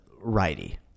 righty